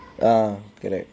ya correct